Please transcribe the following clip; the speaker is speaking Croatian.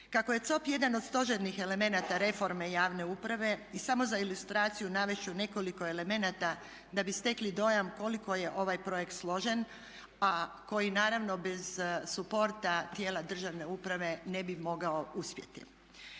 Kako je COP jedan od stožernih elemenata reforme javne uprave i samo za ilustraciju navest ću nekoliko elemenata da bi stekli dojam koliko je ovaj projekt složen a koji naravno bez supporta tijela državne uprave ne bi mogao uspjeti.